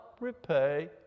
repay